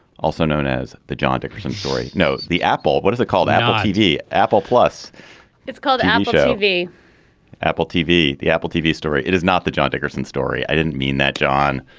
also known as the john dickerson story. no. the apple. what is the call that wahidi apple plus it's called an um shelvey apple tv the apple tv story. it is not the john dickerson story. i didn't mean that, john.